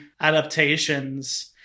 adaptations